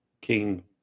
king